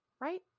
right